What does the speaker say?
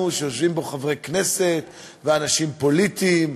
שיושבים בו חברי כנסת ואנשים פוליטיים.